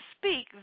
speak